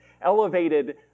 elevated